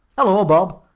hello, bob,